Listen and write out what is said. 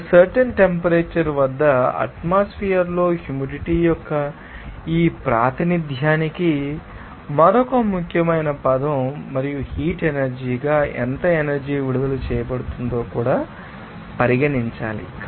ఒక certain temperature వద్ద atmosphere లో హ్యూమిడిటీ యొక్క ఈ ప్రాతినిధ్యానికి మరొక ముఖ్యమైన పదం మరియు హీట్ ఎనర్జీ గా ఎంత ఎనర్జీ విడుదల చేయబడుతుందో కూడా పరిగణించాలి